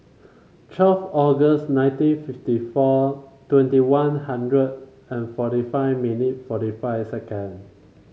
twelve August nineteen fifty four twenty One Hundred and forty five minute forty five second